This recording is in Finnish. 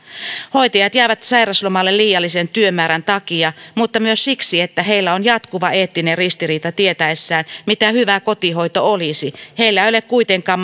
hoitajat jäävät sairauslomalle liiallisen työmäärän takia mutta myös siksi että heillä on jatkuva eettinen ristiriita heidän tietäessään mitä hyvä kotihoito olisi mutta heillä ei ole kuitenkaan